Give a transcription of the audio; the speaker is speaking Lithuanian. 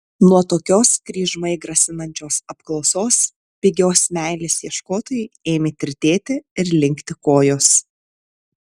nuo tokios kryžmai grasinančios apklausos pigios meilės ieškotojui ėmė tirtėti ir linkti kojos